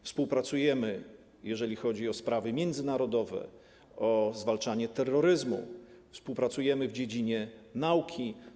Współpracujemy, jeżeli chodzi o sprawy międzynarodowe, w zakresie zwalczania terroryzmu, współpracujemy w dziedzinie nauki.